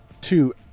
two